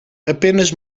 apenas